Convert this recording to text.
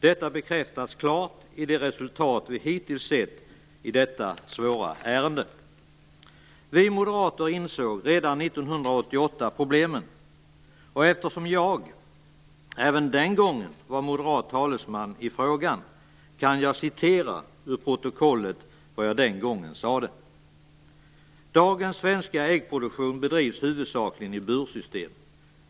Detta bekräftas klart av resultat som vi hittills sett i detta svåra ärende. Vi moderater insåg problemen redan 1988. Även den gången var jag moderat talesman. Jag kan citera ur protokollet vad jag sade: "Dagens svenska äggproduktion bedrivs huvudsakligen i bursystem.